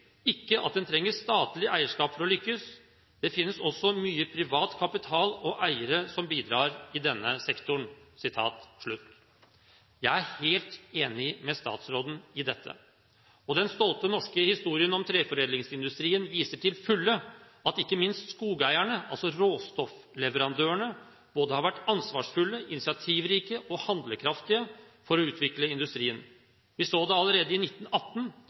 ikke at en trenger statlig eierskap for å lykkes. Det finnes også mye privat kapital og eiere som bidrar i denne sektoren.» Jeg er helt enig med statsråden i dette. Den stolte norske historien om treforedlingsindustrien viser til fulle at ikke minst skogeierne, altså råstoffleverandørene, har vært både ansvarsfulle, initiativrike og handlekraftige for å utvikle historien. Vi så det allerede i 1918,